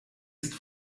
ist